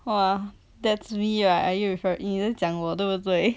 !wah! that's me right are you refer~ 你是讲我对不对